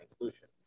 inclusion